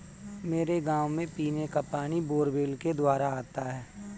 मेरे गांव में पीने का पानी बोरवेल के द्वारा आता है